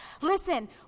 Listen